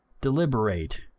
deliberate